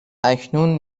اکنون